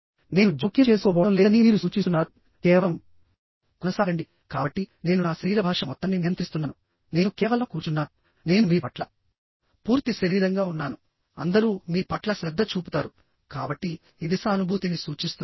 నేను జోక్యం చేసుకోబోవడం లేదని మీరు సూచిస్తున్నారు కేవలం కొనసాగండి కాబట్టి నేను నా శరీర భాష మొత్తాన్ని నియంత్రిస్తున్నాను నేను కేవలం కూర్చున్నాను నేను మీ పట్ల పూర్తి శరీరంగా ఉన్నాను అందరూ మీ పట్ల శ్రద్ధ చూపుతారుకాబట్టి ఇది సానుభూతిని సూచిస్తుంది